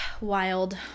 Wild